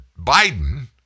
Biden